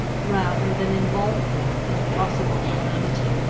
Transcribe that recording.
rather than involve him in possible calamity.